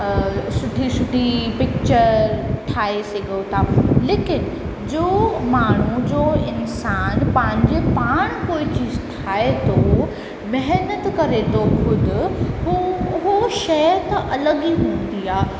सुठी सुठी पिचर ठाहे सघऊं था लेकिन जो माण्हू जो इंसान पंहिंजे पाण कोई चीज़ ठाहे थो महिनत करे थो ख़ुदि हू शइ त अलॻि ई हूंदी आहे